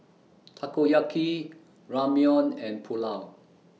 Takoyaki Ramyeon and Pulao